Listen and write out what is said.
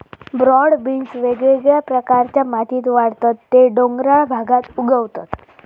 broad beans वेगवेगळ्या प्रकारच्या मातीत वाढतत ते डोंगराळ भागात उगवतत